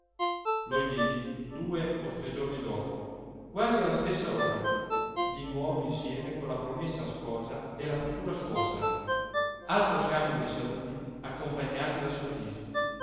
lo rividi due o tre giorni dopo quasi alla stess'ora di nuovo insieme con la promessa sposa e la futura suocera altro scambio di saluti accompagnati da sorrisi